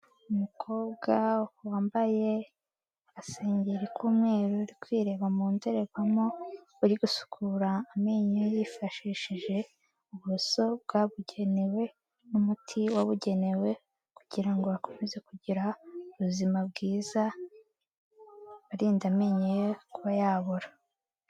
Umukobwa wambaye agasengeri k'umweru uri kwireba mu ndorerwamo, uri gusukura amenyo yifashishije uburoso bwabugenewe n'umuti wabugenewe kugira ngo akomeze kugira ubuzima bwiza, arinda amenyo ye kuba yabora.